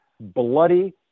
bloody